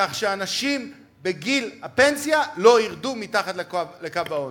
כך שאנשים בגיל הפנסיה לא ירדו מתחת לקו העוני.